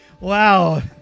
Wow